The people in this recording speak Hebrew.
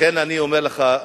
לכן אני אומר לך,